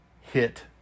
hit